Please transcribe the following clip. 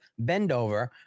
Bendover